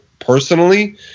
Personally